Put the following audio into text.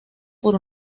por